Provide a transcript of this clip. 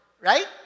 right